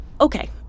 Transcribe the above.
Okay